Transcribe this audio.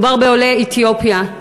מדובר בעולי אתיופיה.